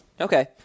Okay